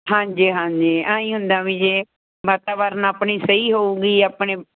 ਹਾਂਜੀ ਹਾਂਜੀ ਆਹੀਂ ਹੁੰਦਾ ਵੀ ਜੇ ਵਾਤਾਵਰਨ ਆਪਣੀ ਸਹੀ ਹੋਵੇਗੀ ਆਪਣੇ